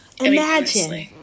imagine